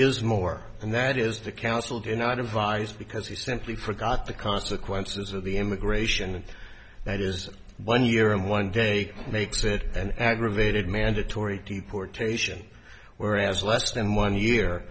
is more and that is the counsel did not advise because he simply forgot the consequences of the immigration and that is one year and one day makes it an aggravated mandatory deportation whereas less than one year